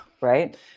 right